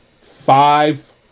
five